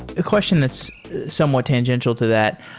question that's somewhat tangential to that.